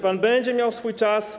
Pan będzie miał swój czas.